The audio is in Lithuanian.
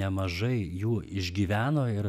nemažai jų išgyveno ir